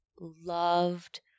loved